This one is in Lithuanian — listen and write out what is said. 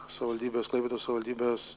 savivaldybės klaipėdos savivaldybės